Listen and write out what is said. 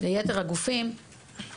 ליתר הגופים,